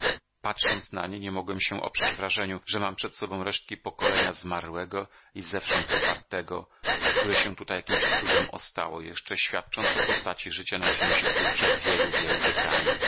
patrząc na nie nie mogłem się oprzeć wrażeniu że mam przed sobą resztki pokolenia zamarłego i zewsząd wypartego które się tutaj jakimś cudem ostało jeszcze świadcząc o postaci życia na księżycu przed wielu wielu wiekami